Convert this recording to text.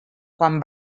quan